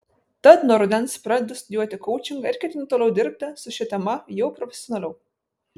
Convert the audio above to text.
tad nuo rudens pradedu studijuoti koučingą ir ketinu toliau dirbti su šia tema jau profesionaliau